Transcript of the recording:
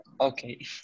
Okay